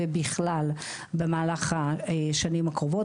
ובכלל במהלך השנים הקרובות,